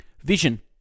Vision